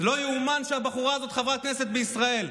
לא ייאמן שהבחורה הזאת חברת כנסת בישראל,